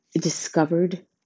discovered